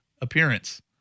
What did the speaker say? appearance